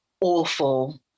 awful